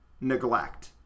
neglect